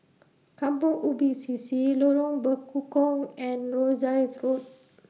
Kampong Ubi C C Lorong Bekukong and Rosyth Road